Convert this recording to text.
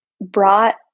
brought